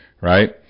right